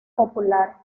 popular